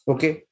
Okay